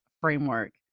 Framework